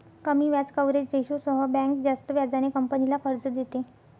कमी व्याज कव्हरेज रेशोसह बँक जास्त व्याजाने कंपनीला कर्ज देते